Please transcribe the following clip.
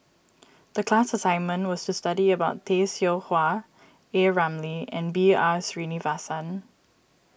the class assignment was to study about Tay Seow Huah A Ramli and B R Sreenivasan